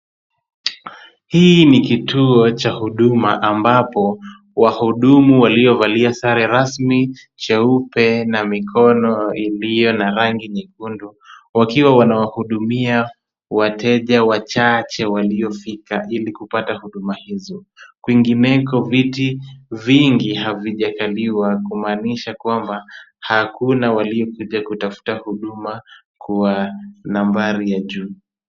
Hii ni kituo cha huduma ambapo wahudumu waliovalia sare rasmi cheupe na mikono iliyo na rangi nyekundu, wakiwa wanawahudumia wateja wachache waliofika ili kupata huduma hizo. Kwingineko viti vingi havijakaliwa, kumaanisha kwamba hakuna waliokuja kutafuta huduma kwa nambari ya juu.